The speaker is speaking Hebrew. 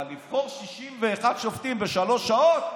אבל לבחור 61 שופטים בשלוש שעות?